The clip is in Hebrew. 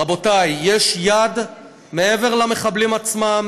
רבותי, מעבר למחבלים עצמם